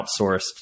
outsourced